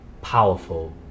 powerful